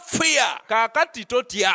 fear